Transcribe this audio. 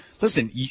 listen